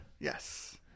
Yes